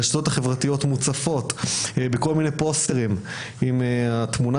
הרשתות החברתיות מוצפות בכל מיני פוסטרים עם תמונת